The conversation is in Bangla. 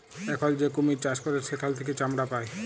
এখল যে কুমির চাষ ক্যরে সেখাল থেক্যে চামড়া পায়